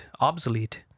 obsolete